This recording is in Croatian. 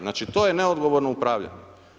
Znači, to je neodgovorno upravljanje.